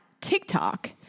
TikTok